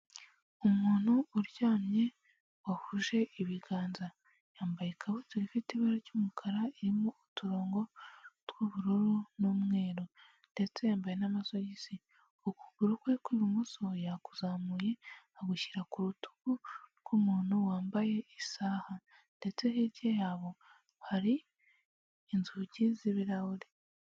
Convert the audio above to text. Umuntu uryamye wahuje ibiganza yambaye ikabutura ifite ibara ry'umukara irimo uturongo tw'ubururu n'umweru ndetse yambaye n'amasogisi, ukuguru kwe kw'ibumoso yakuzamuye agushyira ku rutugu rw'umuntu wambaye isaha ndetse hirya yabo hari inzugi z'ibirahuri.